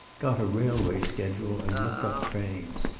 got a railway schedule and looked up trains.